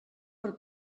per